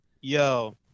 Yo